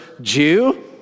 Jew